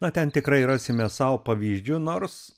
na ten tikrai rasime sau pavyzdžiu nors